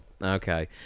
Okay